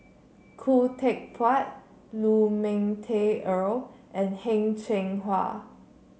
Khoo Teck Puat Lu Ming Teh Earl and Heng Cheng Hwa